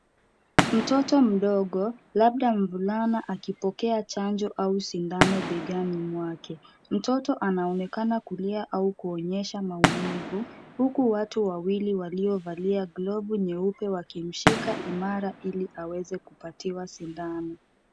Mtoto mdogo, labda mvulana akipokea chanjo au sindano begani mwake. Mtoto anaonekana kulia au kuonyesha maumivu, huku watu wawili waliovalia glovu nyeupe wakimshika imara, ili aweze kupatiwa sindano.